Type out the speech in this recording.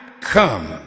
come